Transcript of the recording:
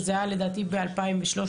וזה היה לדעתי ב-2013.